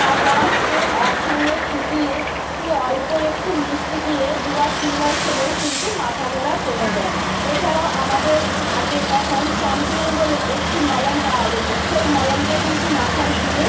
পাতাসকে একসঙ্গে ফুটিয়ে এ অল্প একটু মিষ্টি দিয়ে দুবার তিনবার খেলেও কিন্তু মাথা ধরা কমে যায় এছাড়াও আমাদের আগে তখন চাম্পিয়ান বলে একটি মলম পাওয়া যেতো সেই মলমটা কিন্তু মাথায় দিলে